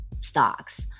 stocks